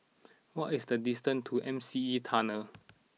what is the distance to M C E Tunnel